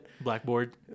Blackboard